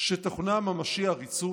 שתוכנה הממשי עריצות?